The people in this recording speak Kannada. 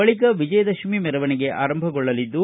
ಬಳಿಕ ವಿಜಯದಶಮಿ ಮೆರವಣಿಗೆ ಆರಂಭಗೊಳ್ಳಲಿದ್ದು